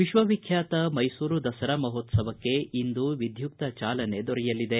ವಿಶ್ವ ವಿಖ್ಯಾತ ಮೈಸೂರು ದಸರಾ ಮಹೋತ್ಸವಕ್ಕೆ ಇಂದು ವಿಧ್ವುಕ್ತ ಚಾಲನೆ ದೊರೆಯಲಿದೆ